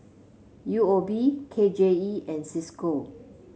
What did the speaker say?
U O B K J E and Cisco